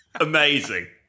Amazing